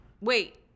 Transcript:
Wait